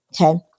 Okay